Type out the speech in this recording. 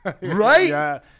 Right